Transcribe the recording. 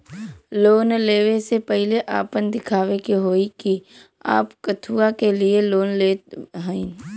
Loan ले वे से पहिले आपन दिखावे के होई कि आप कथुआ के लिए लोन लेत हईन?